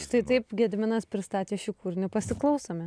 štai taip gediminas pristatė šį kūrinį pasiklausome